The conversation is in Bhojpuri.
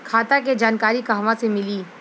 खाता के जानकारी कहवा से मिली?